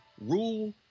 rule